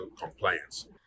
compliance